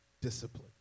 discipline